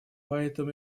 поэтому